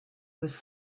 was